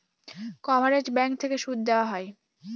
coverage bank থেকে সুদ দেওয়া হয়